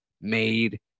made